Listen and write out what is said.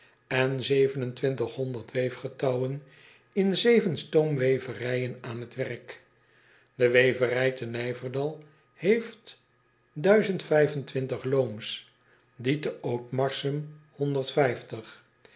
vier spinnerijen en zeven en twintig we getouwen in zeven stoomweverijen aan het werk e weverij te ijverdal heeft looms die te otmarsum